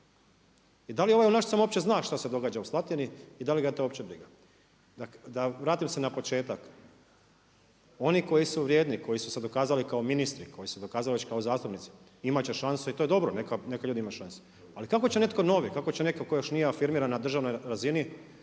i da li ovaj u Našicama uopće zna što se događa u Slatini i da li ga je to uopće briga? Da vratim se na početak. Oni koji su vrijedni, koji su se dokazali kao ministri, koji su se dokazali već kao zastupnici imat će šansu i to je dobro, neka ljudi imaju šansu. Ali kako će netko novi, kako će netko tko još nije afirmiran na državnoj razini